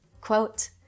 Quote